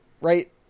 Right